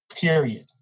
Period